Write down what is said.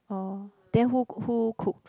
oh then who who cook